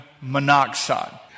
monoxide